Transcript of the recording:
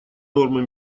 нормы